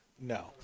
No